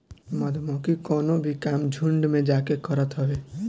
मधुमक्खी कवनो भी काम झुण्ड में जाके करत हवे